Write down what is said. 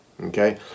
Okay